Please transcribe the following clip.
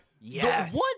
Yes